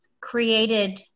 created